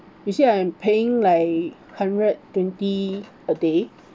you see I am paying like hundred twenty a day